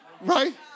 right